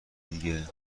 دیگه